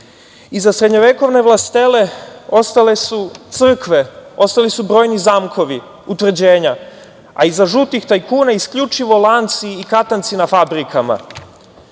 Iza srednjovekovne vlastele ostale su crkve, ostali su brojni zamkovi, utvrđenja, a iza žutih tajkuna isključivo lanci i katanci na fabrikama. Mi